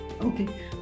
Okay